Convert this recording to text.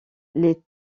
les